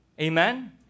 amen